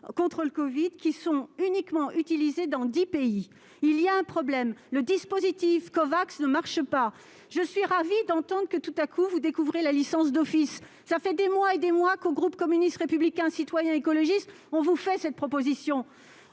contre le covid sont uniquement utilisées dans dix pays. Il y a un problème : le dispositif Covax ne marche pas ! Je suis ravie d'entendre que, tout à coup, vous découvrez la licence d'office, car cela fait des mois et des mois que le groupe communiste républicain citoyen et écologiste vous fait cette proposition.